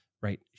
right